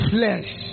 Flesh